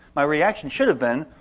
my reaction should have been,